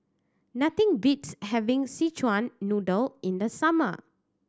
nothing beats having Szechuan Noodle in the summer